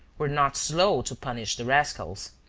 were not slow to punish the rascals.